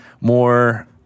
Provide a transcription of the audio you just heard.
more